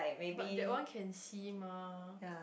but that one can see mah